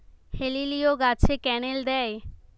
হেলিলিও গাছে ক্যানেল দেয়?